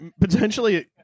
potentially